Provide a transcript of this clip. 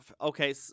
Okay